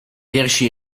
piersi